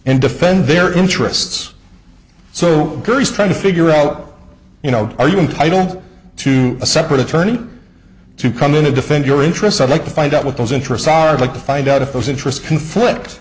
and defend their interests so greece trying to figure out you know are you entitled to a separate attorney to come in to defend your interests i'd like to find out what those interests are like to find out if those interests conflict